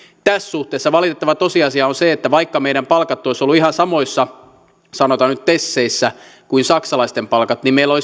tässä suhteessa valitettava tosiasia on se että vaikka meidän palkkamme olisivat olleet ihan samoissa sanotaan nyt teseissä kuin saksalaisten palkat niin meillä olisi